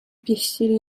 pieścili